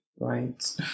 right